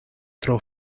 tro